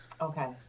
okay